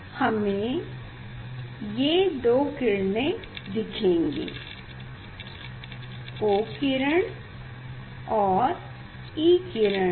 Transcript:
हमे ये दो किरणें दिखेंगी O किरण और E किरण